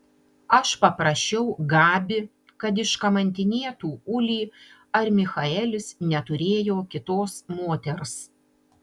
aš paprašiau gabi kad iškamantinėtų ulį ar michaelis neturėjo kitos moters